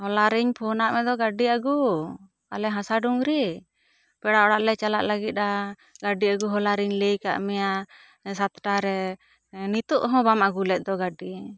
ᱦᱚᱞᱟ ᱨᱤᱧ ᱯᱷᱚᱱᱟᱜ ᱢᱮ ᱫᱚ ᱜᱟᱹᱰᱤ ᱟᱹᱜᱩ ᱟᱞᱮ ᱦᱟᱥᱟ ᱰᱩᱝᱜᱽᱨᱤ ᱯᱮᱲᱟ ᱚᱲᱟᱜ ᱞᱮ ᱪᱟᱞᱟᱜ ᱞᱟᱹᱜᱤᱫ ᱟ ᱞᱟᱹᱰᱩ ᱟ ᱜᱩ ᱦᱚᱞᱟ ᱨᱤᱧ ᱞᱟᱹᱭ ᱟᱠᱟᱫ ᱢᱮᱭᱟ ᱥᱟᱛ ᱴᱟ ᱨᱮ ᱱᱤᱛᱚᱜ ᱦᱚᱸ ᱵᱟᱝ ᱟ ᱜᱩ ᱞᱮᱫ ᱫᱚ ᱜᱟᱹᱰᱤ